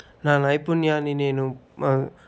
నా నైపుణ్యాన్ని నేను